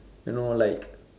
you know like